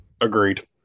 Agreed